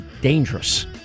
dangerous